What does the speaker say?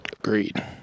Agreed